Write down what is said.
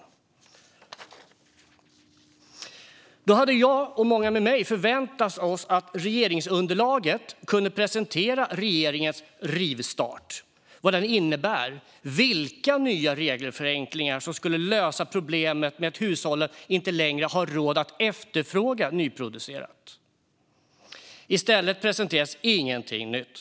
Därför hade jag, och många med mig, förväntat oss att regeringsunderlaget kunde presentera vad regeringens "rivstart" innebär och vilka nya regelförenklingar som skulle lösa problemet med att hushållen inte längre har råd att efterfråga nyproducerat. I stället presenteras ingenting nytt.